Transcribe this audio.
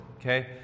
okay